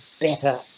better